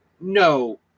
no